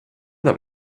that